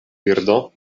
birdo